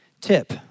Tip